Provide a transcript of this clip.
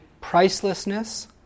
pricelessness